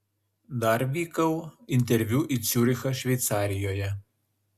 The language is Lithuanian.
dar vykau interviu į ciurichą šveicarijoje